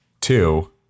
two